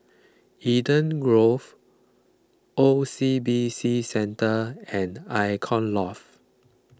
Eden Grove O C B C Centre and Icon Loft